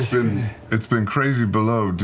it's been crazy below.